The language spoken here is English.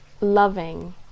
loving